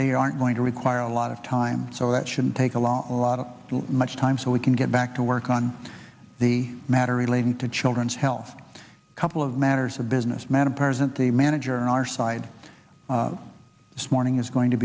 they aren't going to require a lot of time so that should take a lot a lot of much time so we can get back to work on the matter relating to children's health couple of matters a businessman a present the manager in our side this morning is going to